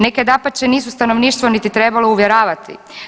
Neke dapače nisu stanovništvo niti trebale uvjeravati.